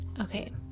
Okay